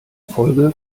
folge